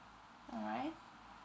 alright